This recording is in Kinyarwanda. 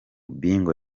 bingo